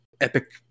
epic